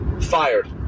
fired